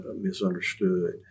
misunderstood